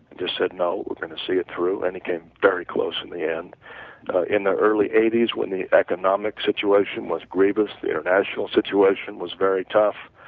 just said no, we're going to see it through and he came very closely in the end in the early eighty s when the economic situation was grievous, the international situation was very tough,